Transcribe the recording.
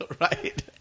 Right